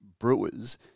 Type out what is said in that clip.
brewers